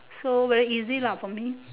so very easy lah for me